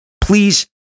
Please